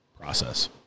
process